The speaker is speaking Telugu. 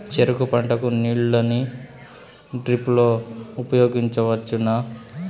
చెరుకు పంట కు నీళ్ళని డ్రిప్ లో ఉపయోగించువచ్చునా?